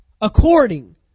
According